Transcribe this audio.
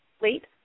late